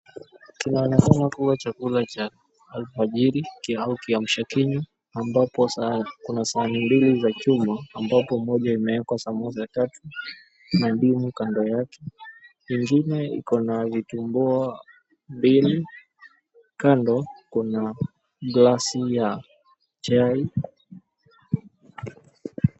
....kinaonekana kuwa chakula cha alfajiri au kiamshakinywa ambapo kuna sahani mbili za chuma ambapo moja imewekwa samosa tatu na ndimu kando yake. Ingine iko na vitumbua mbili, kando kuna glasi ya chai.